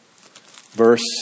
verse